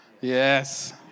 Yes